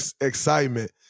excitement